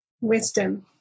wisdom